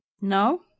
No